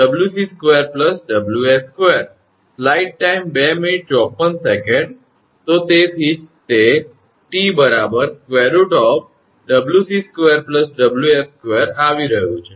તો તેથી જ તે 𝑇 √𝑊𝑐2 𝑊𝑠2 આવી રહ્યું છે